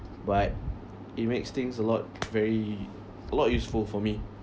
but it makes things a lot very a lot useful for me